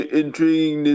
intriguing